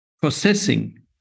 processing